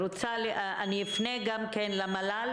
אני אפנה גם כן למל"ל